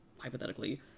hypothetically